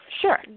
Sure